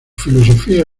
filosofía